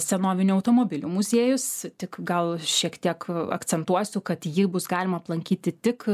senovinių automobilių muziejus tik gal šiek tiek akcentuosiu kad jį bus galima aplankyti tik